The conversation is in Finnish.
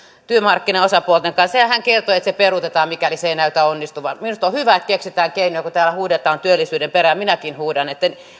työmarkkinaosapuolten kanssa hän kertoi että se peruutetaan mikäli se ei näytä onnistuvan minusta on hyvä että keksitään keinoja kun täällä huudetaan työllisyyden perään minäkin huudan